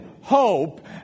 hope